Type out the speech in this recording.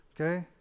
okay